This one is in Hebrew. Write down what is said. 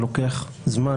לוקח זמן,